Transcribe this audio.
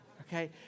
okay